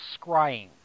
scrying